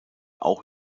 auch